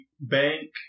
bank